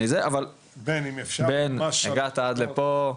בן, הגעת עד לפה,